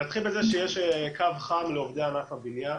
נתחיל בזה שיש קו חם לעובדי ענף הבנייה,